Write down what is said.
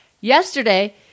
Yesterday